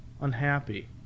unhappy